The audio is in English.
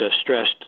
stressed